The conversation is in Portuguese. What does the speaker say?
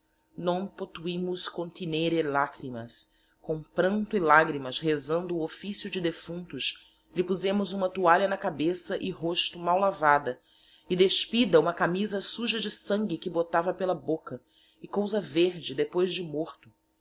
potuimus continere lachrimas com pranto e lagrimas rezando o officio de defunctos lhe posemos huma toalha na cabeça e rosto mal lavada e despida huma camiza suja de sangue que botava pela boca e cousa verde depois de morto